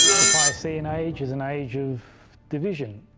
the piscean age, is an age of division.